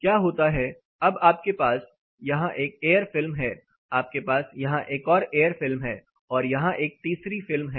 क्या होता है अब आपके पास यहां एक एयर फिल्म है आपके पास यहां एक और एयर फिल्म है और यहां एक तीसरी फिल्म है